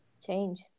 Change